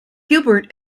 gilbert